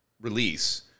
release